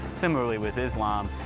similarly with islam,